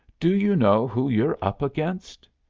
do you know who you're up against?